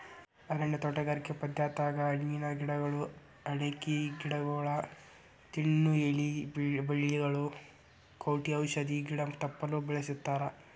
ಅರಣ್ಯ ತೋಟಗಾರಿಕೆ ಪದ್ಧತ್ಯಾಗ ಹಣ್ಣಿನ ಗಿಡಗಳು, ಅಡಕಿ ಗಿಡಗೊಳ, ತಿನ್ನು ಎಲಿ ಬಳ್ಳಿಗಳು, ಗೌಟಿ ಔಷಧ ಗಿಡ ತಪ್ಪಲ ಬೆಳಿತಾರಾ